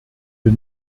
wir